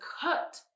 cut